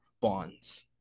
bonds